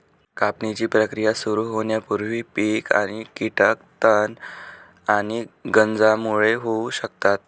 कापणीची प्रक्रिया सुरू होण्यापूर्वी पीक आणि कीटक तण आणि गंजांमुळे होऊ शकतात